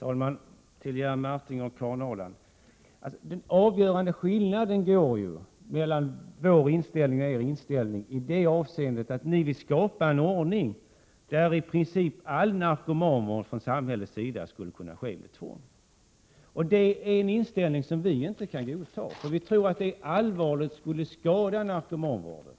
Herr talman! Till Jerry Martinger och Karin Ahrland vill jag säga att den avgörande skillnaden mellan vår inställning och er ligger i att ni vill skapa en ordning, där i princip all narkomanvård från samhällets sida skulle kunna ske med tvång. Det är en inställning som vi inte kan godta. Vi tror att det allvarligt skulle skada narkomanvården,